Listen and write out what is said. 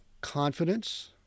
confidence